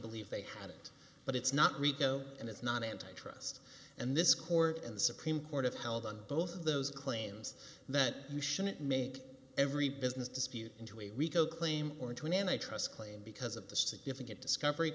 believed they had it but it's not rico and it's not antitrust and this court and the supreme court have held on both of those claims that you shouldn't make every business dispute into a rico claim or into an antitrust claim because of the significant discovery